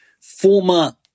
former